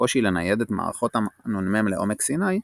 והקושי לנייד את מערכות הנ"מ לעומק סיני,